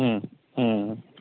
ம் ம்